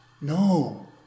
No